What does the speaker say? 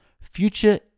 Future